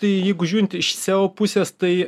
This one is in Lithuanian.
tai jeigu žiūrint iš seo pusės tai